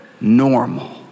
normal